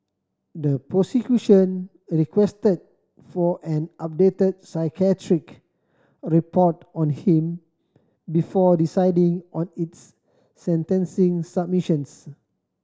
the prosecution requested for an updated psychiatric report on him before deciding on its sentencing submissions